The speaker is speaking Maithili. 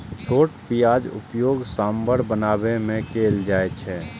छोट प्याजक उपयोग सांभर बनाबै मे कैल जाइ छै